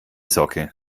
socke